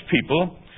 people